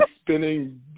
spinning